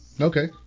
okay